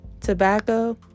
tobacco